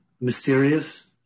mysterious